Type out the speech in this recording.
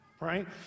right